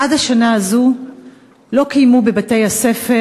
עד השנה הזאת לא קיימו בבתי-הספר,